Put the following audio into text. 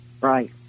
Right